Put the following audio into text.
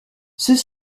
ceux